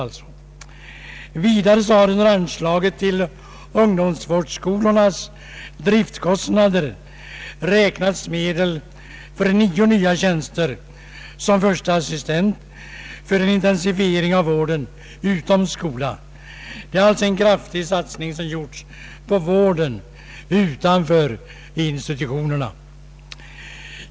Vidare har under punkten 28 beträffande ungdomsvårdsskolornas driftkostnader beräknats medel för nio nya tjänster som förste assistent för att möjliggöra en intensifiering av vården utom skola. Det har alltså gjorts en kraftig satsning på vården utom institutioner.